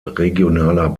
regionaler